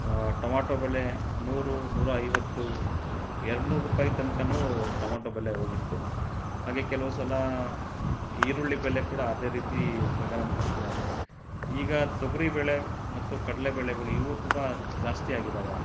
tomato ಬೆಲೆ ನೂರು ನೂರ ಐವತ್ತು ಎರಡು ನೂರ್ರುಪಾಯಿ ತನಕನೂ ಟಮೋಟೊ ಬೆಲೆ ಹೋಗಿತ್ತು ಹಾಗೆ ಕೆಲವು ಸಲ ಈರುಳ್ಳಿ ಬೆಲೆ ಕೂಡ ಅದೇ ರೀತಿ ಗಗನ ಮುಟ್ಟುತ್ತೆ ಈಗ ತೊಗರಿಬೇಳೆ ಮತ್ತು ಕಡ್ಲೆಬೇಳೆಗಳು ಇವೂ ತುಂಬ ಜಾಸ್ತಿ ಆಗಿದ್ದಾವೆ